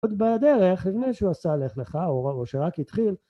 עוד בדרך, לפני שהוא עשה הלך לך או שרק התחיל,